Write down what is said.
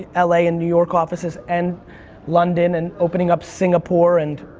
l a, and new york offices, and london, and opening up singapore. and,